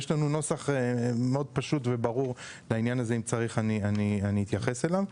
יש לנו נוסח מאוד פשוט וברור לעניין הזה; אם צריך אני אתייחס אליו,